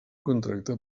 contracte